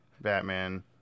Batman